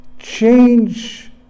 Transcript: change